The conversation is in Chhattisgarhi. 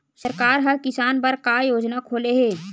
सरकार ह किसान बर का योजना खोले हे?